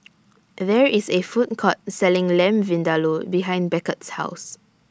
There IS A Food Court Selling Lamb Vindaloo behind Beckett's House